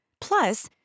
Plus